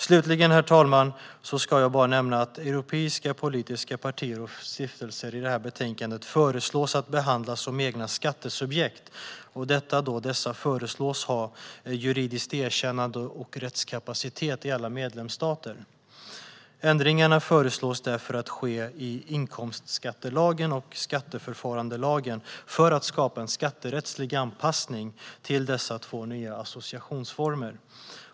Slutligen, herr talman, ska jag bara nämna att europeiska politiska partier och stiftelser i betänkandet föreslås att behandlas som egna skattesubjekt, då dessa föreslås ha juridiskt erkännande och rättskapacitet i alla medlemsstater. Ändringar föreslås därför ske i inkomstskattelagen och skatteförfarandelagen för att skapa en skatterättslig anpassning till dessa två nya associationsformer.